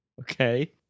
Okay